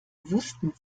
wussten